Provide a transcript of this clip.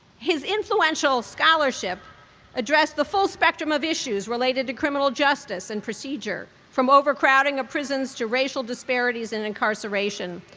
his influential scholarship addressed the full spectrum of issues related to criminal justice and procedure, from overcrowding of prisons to racial disparities and incarceration.